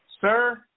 Sir